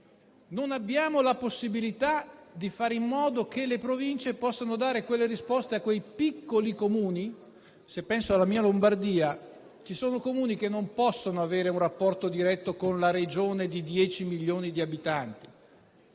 non abbiamo la possibilità di fare in modo che le Province possano dare risposte ai piccoli Comuni. Se penso alla mia Lombardia, ci sono Comuni che non possono avere un rapporto diretto con una Regione che ormai ha